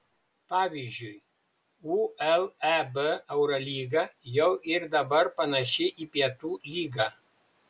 pavyzdžiui uleb eurolyga jau ir dabar panaši į pietų lygą